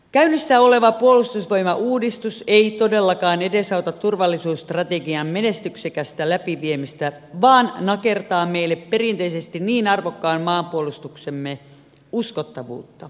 käynnissä oleva puolustusvoimauudistus ei todellakaan edesauta turvallisuusstrategian menestyksekästä läpiviemistä vaan nakertaa meille perinteisesti niin arvokkaan maanpuolustuksemme uskottavuutta